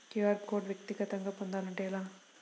QR code వ్యక్తిగతంగా పొందాలంటే ఎలా?